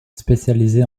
spécialisé